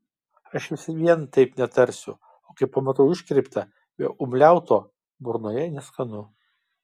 aš vis vien taip netarsiu o kai pamatau iškreiptą be umliauto burnoje neskanu